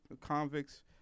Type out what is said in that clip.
convicts